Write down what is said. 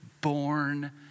born